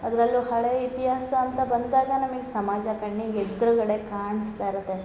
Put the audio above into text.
ಅದರಲ್ಲೂ ಹಳೆ ಇತಿಹಾಸ ಅಂತ ಬಂದಾಗ ನಮಗೆ ಸಮಾಜ ಕಣ್ಣಿಗೆ ಎದ್ರ್ಗಡೆ ಕಾಣ್ಸ್ತಾ ಇರುತ್ತೆ